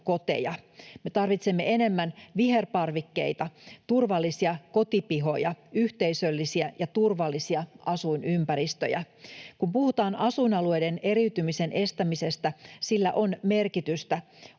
Me tarvitsemme enemmän viherparvekkeita, turvallisia kotipihoja, yhteisöllisiä ja turvallisia asuinympäristöjä. Kun puhutaan asuinalueiden eriytymisen estämisestä, sillä on merkitystä,